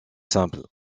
simple